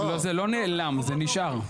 זה לא נעלם, זה נשאר.